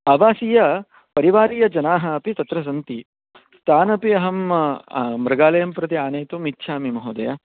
आवासीयपरिवारीयजनाः अपि तत्र सन्ति तानपि अहं मृगालयं प्रति आनेतुम् इच्छामि महोदय